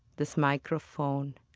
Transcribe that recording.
this microphone.